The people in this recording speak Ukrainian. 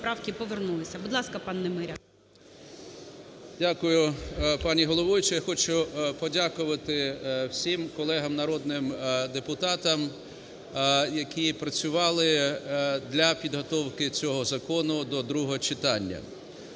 Дякую, пані головуюча. Хочу подякувати всім колегам народним депутатам, які працювали для підготовки цього закону до другого читання.